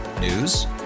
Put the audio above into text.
News